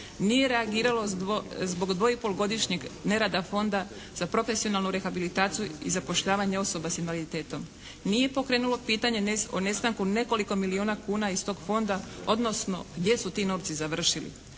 Nije reagiralo zbog dvo i pol godišnjeg nerada Fonda za profesionalnu rehabilitaciju i zapošljavanje osoba s invaliditetom. Nije pokrenulo pitanje o nestanku nekoliko milijuna kuna iz tog fonda odnosno gdje su ti novci završili.